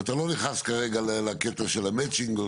ואתה לא נכנס כרגע לקטע של המצ'ינג,